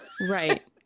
Right